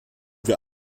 wir